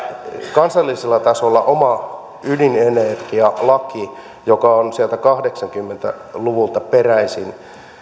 kansallisella tasolla oma ydinenergialaki joka on sieltä kahdeksankymmentä luvulta peräisin ja on